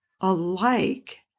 alike